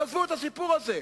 תעזבו את הסיפור הזה.